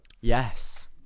yes